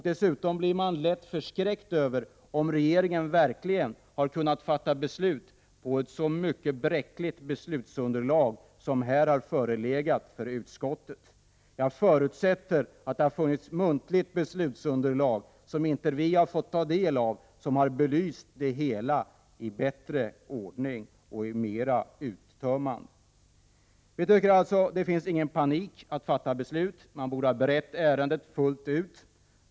Dessutom blir man lätt förskräckt över tanken att regeringen verkligen kunnat fatta beslut på ett så bräckligt beslutsunderlag som det som förelegat för utskottet. Jag förutsätter att det också funnits muntliga beslutsunderlag som inte vi fått ta del av och som belyst det hela i bättre ordning och mera uttömmande. Vi tycker att det inte finns någon anledning till panik. Man borde berett ärendet fullt ut.